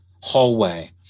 hallway